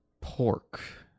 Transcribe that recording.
pork